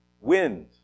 wind